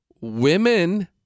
Women